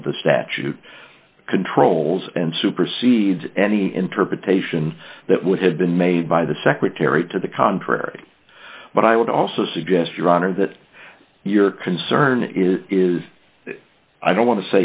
of the statute controls and supersedes any interpretation that would have been made by the secretary to the contrary but i would also suggest your honor that your concern is is i don't wan